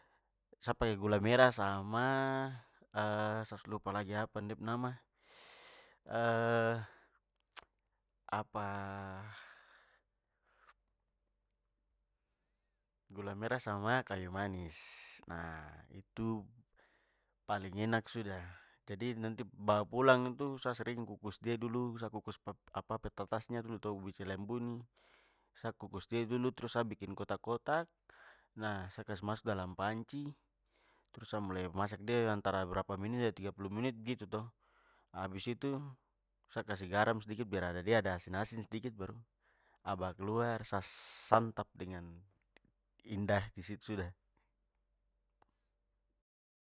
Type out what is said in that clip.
Sa pake gula merah sama sa su lupa lagi apa nih de pu nama apa gula merah sama kayu manis. Nah itu paling enak sudah. Jadi, nanti bawa pulang itu, sa sering kukus dia dulu, sa kukus apa petatasnya dulu to ubi cilembu ini, sa kukus dia dulu trus sa bikin kotak-kotak. Nah, sa kasih masuk dalam panci, trus sa mulai masak de antara berapa menit tiga puluh menit begitu to, habis itu, sa kasih garam sedikit biar ada de ada asin-asin sedikit baru sa bawa keluar, sa santap dengan indah disitu sudah.